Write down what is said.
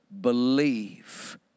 believe